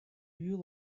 you